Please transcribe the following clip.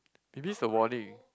maybe is a warning